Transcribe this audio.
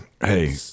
Hey